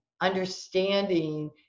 understanding